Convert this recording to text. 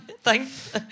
Thanks